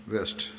West